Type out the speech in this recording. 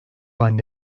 anne